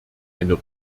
eine